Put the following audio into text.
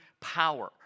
power